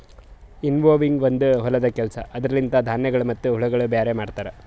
winnowing ಒಂದು ಹೊಲದ ಕೆಲಸ ಅದುರ ಲಿಂತ ಧಾನ್ಯಗಳು ಮತ್ತ ಹುಳಗೊಳ ಬ್ಯಾರೆ ಮಾಡ್ತರ